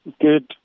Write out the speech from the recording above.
Good